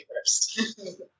first